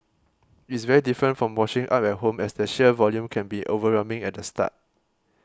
it's very different from washing up at home as the sheer volume can be overwhelming at the start